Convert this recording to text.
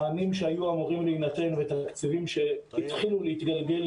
מענים שהיו אמורים להינתן ותקציבים שהתחילו להתגלגל,